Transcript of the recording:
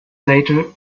later